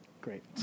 great